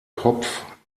kopf